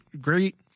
great